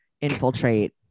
infiltrate